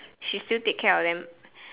she still take care of them